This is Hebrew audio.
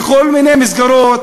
בכל מיני מסגרות,